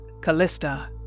Callista